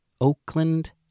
Oakland